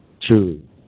true